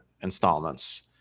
installments